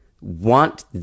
want